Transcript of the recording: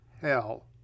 hell